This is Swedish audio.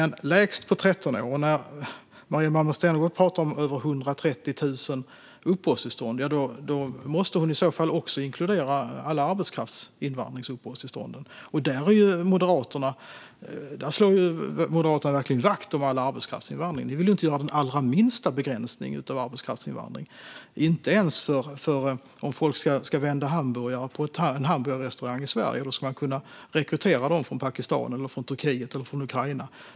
När Maria Malmer Stenergard talar om över 130 000 uppehållstillstånd måste hon inkludera all arbetskraftsinvandring, och den slår ju Moderaterna verkligen vakt om. Ni vill inte göra den allra minsta begränsning av arbetskraftsinvandringen, inte ens om folk ska vända hamburgare på en hamburgerrestaurang i Sverige. Då ska man kunna rekrytera dem från Pakistan, från Turkiet eller från Ukraina.